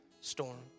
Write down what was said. storm